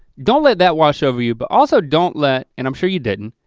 don't let that wash over you but also don't let and i'm sure you didn't,